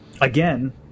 again